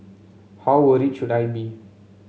how worried should I be